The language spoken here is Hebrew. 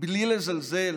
מבלי לזלזל